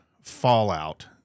fallout